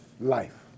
life